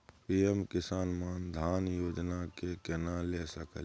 PM किसान मान धान योजना के केना ले सकलिए?